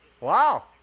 Wow